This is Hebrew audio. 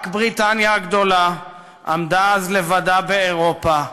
רק בריטניה הגדולה עמדה אז לבדה באירופה,